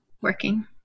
working